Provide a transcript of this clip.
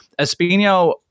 Espino